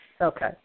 Okay